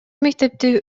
мектепти